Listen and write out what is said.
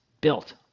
built